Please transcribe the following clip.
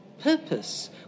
purpose